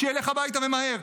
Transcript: שילך הביתה ומהר.